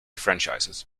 franchises